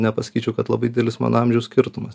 nepasakyčiau kad labai didelis mano amžiaus skirtumas